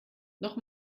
noch